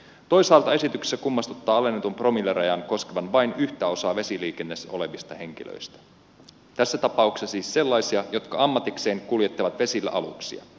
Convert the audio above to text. toisaalta esityksessä kummastuttaa että alennettu promilleraja koskee vain yhtä osaa vesiliikenteessä olevista henkilöistä tässä tapauksessa siis sellaisia jotka ammatikseen kuljettavat vesillä aluksia